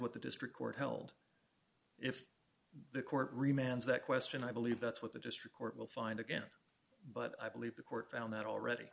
what the district court held if the court remains that question i believe that's what the district court will find again but i believe the court found that already